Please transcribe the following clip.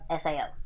SAO